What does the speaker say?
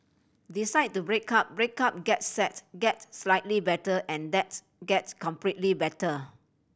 decide to break up break up get sad get slightly better and that's gets completely better